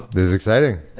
this is exciting.